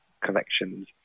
Collections